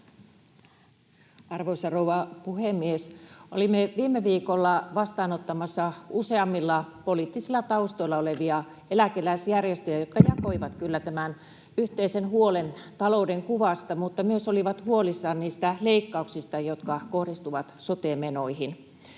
Arvoisa rouva puhemies! Olimme viime viikolla vastaanottamassa useammilla poliittisilla taustoilla olevia eläkeläisjärjestöjä, jotka jakoivat kyllä tämän yhteisen huolen talouden kuvasta mutta myös olivat huolissaan niistä leikkauksista, jotka kohdistuvat sote-menoihin.